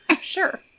Sure